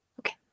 Okay